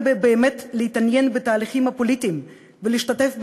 באמת להתעניין בתהליכים הפוליטיים ולהשתתף בהם,